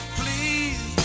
please